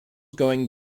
going